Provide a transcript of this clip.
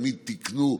תמיד תיקנו,